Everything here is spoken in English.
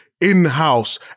in-house